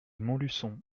montluçon